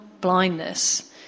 blindness